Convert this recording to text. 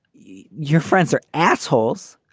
your friends are assholes